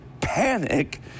panic